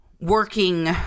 working